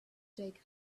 take